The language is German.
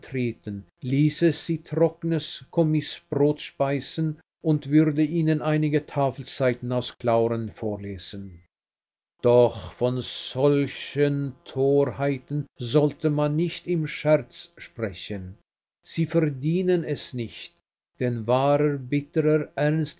ließe sie trockenes kommisbrot speisen und würde ihnen einige tafelseiten aus clauren vorlesen doch von solchen torheiten sollte man nicht im scherz sprechen sie verdienen es nicht denn wahrer bitterer